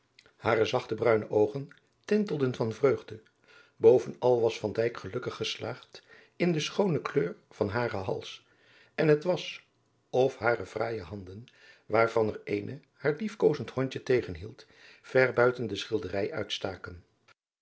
hare zacht bruine oogen tintelden van vreugde bovenal was van dijk gelukkig geslaagd in de schoone kleur van haren hals en het was of hare fraaije handen waarvan er eene haar liefkozend hondje tegenhield ver buiten de schilderij uitstaken